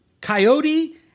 coyote